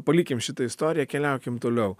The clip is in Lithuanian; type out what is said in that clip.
palikim šitą istoriją keliaukim toliau